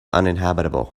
uninhabitable